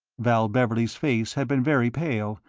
val beverley's face had been very pale,